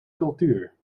cultuur